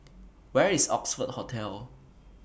Where IS Oxford Hotel